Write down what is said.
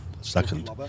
Second